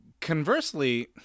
Conversely